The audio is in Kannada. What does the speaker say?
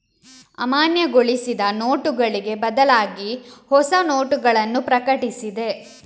ಅಮಾನ್ಯಗೊಳಿಸಿದ ನೋಟುಗಳಿಗೆ ಬದಲಾಗಿಹೊಸ ನೋಟಗಳನ್ನು ಪ್ರಕಟಿಸಿದೆ